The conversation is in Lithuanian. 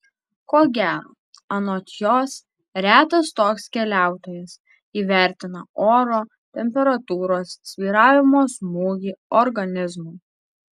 ko gero anot jos retas toks keliautojas įvertina oro temperatūros svyravimo smūgį organizmui